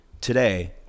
today